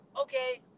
okay